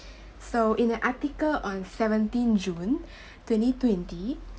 so in a article on seventeen june twenty twenty